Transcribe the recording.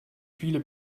viele